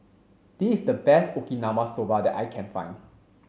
this is the best Okinawa Soba that I can find